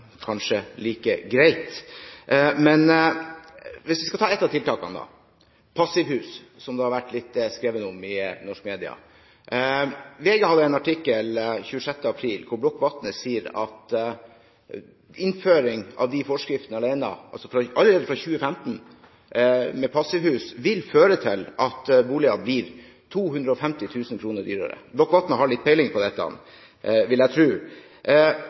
kanskje like greit. Når det gjelder et av tiltakene, passivhus, som det har vært skrevet litt om i norske medier, hadde VG en artikkel den 26. april hvor Block Watne sier at innføringen av forskriftene om passivhus allerede fra 2015 vil føre til at boliger blir 250 000 kr dyrere. Block Watne har litt peiling på dette, vil jeg